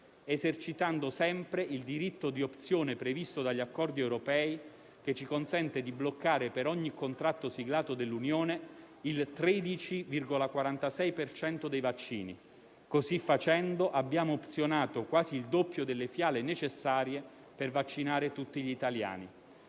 esercitando sempre il diritto di opzione previsto dagli accordi europei che ci consente di bloccare per ogni contratto siglato dall'Unione il 13,46 per cento dei vaccini. Così facendo abbiamo opzionato quasi il doppio delle fiale necessarie per vaccinare tutti gli italiani.